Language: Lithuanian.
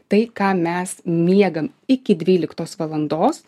tai ką mes miegam iki dvyliktos valandos